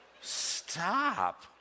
Stop